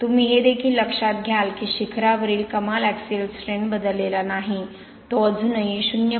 तुम्ही हे देखील लक्षात घ्याल की शिखरावरील कमाल ऍक्सिअल स्ट्रेन बदललेला नाही तो अजूनही 0